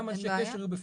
גם אנשי קשר יהיו בפנים.